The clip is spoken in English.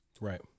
Right